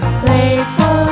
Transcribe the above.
playful